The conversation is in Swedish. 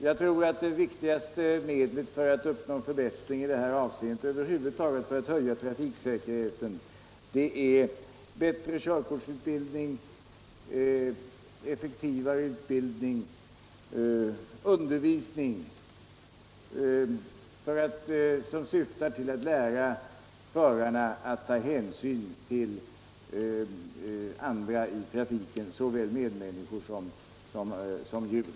Jag tror att det viktigaste medlet för att uppnå en förbättring i det här avseendet och över huvud taget för att höja trafiksäkerheten är bättre och effektivare körkortsutbildning, undervisning som syftar till att lära förarna att ta hänsyn till andra i trafiken, såväl medmänniskor som djur.